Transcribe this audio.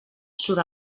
surt